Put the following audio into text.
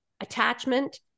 attachment